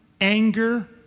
anger